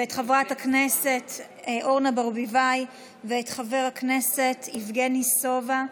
את חברת הכנסת אורנה ברביבאי ואת חבר הכנסת יבגני סובה,